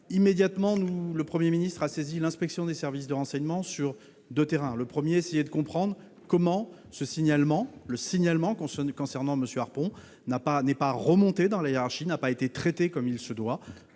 Immédiatement, le Premier ministre a saisi l'inspection des services du renseignement de deux missions. La première vise à comprendre comment le signalement concernant M. Harpon n'est pas remonté dans la hiérarchie et n'a pas été traité comme il aurait